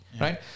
right